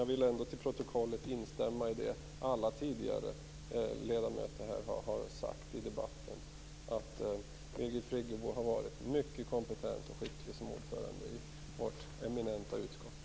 Jag vill ändå till protokollet få infört att jag instämmer i det som alla ledamöter tidigare har sagt i debatten om att Birgit Friggebo har varit mycket kompetent och skicklig som ordförande i vårt eminenta utskott.